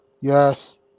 yes